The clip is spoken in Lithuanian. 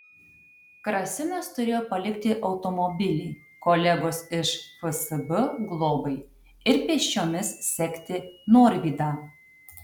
krasinas turėjo palikti automobilį kolegos iš fsb globai ir pėsčiomis sekti norvydą